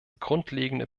grundlegende